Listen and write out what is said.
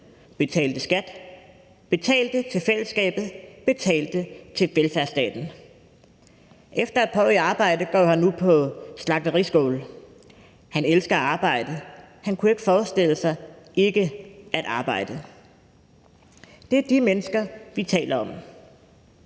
betalte skat, betalte til fællesskabet, betalte til velfærdsstaten. Efter et par år i arbejde går han nu på slagteriskole, han elsker at arbejde, han kunne ikke forestille sig ikke at arbejde. Det er de mennesker, som vi taler om,